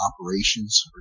operations